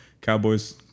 cowboys